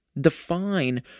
Define